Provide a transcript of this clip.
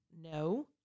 No